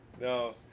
No